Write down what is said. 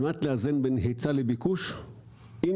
של חבר הכנסת יונתן